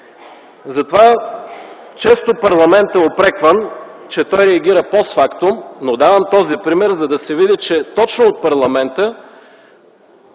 Затова често парламентът е упрекван, че той реагира постфактум, но давам този пример, за да се види, че точно от парламента